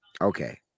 Okay